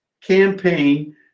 campaign